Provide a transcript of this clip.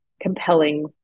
compelling